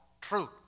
truth